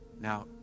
Now